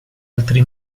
altri